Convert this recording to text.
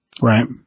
Right